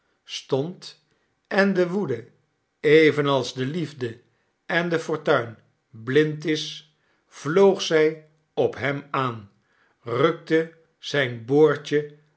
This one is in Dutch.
stond en de woede evenals de liefde en de fortuin blind is vloog zij op hem aan rukte zijn boordje